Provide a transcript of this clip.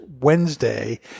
Wednesday